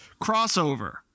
Crossover